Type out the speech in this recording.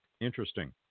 Interesting